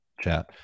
Chat